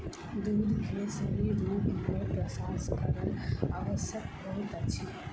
दूध के सही रूप में प्रसंस्करण आवश्यक होइत अछि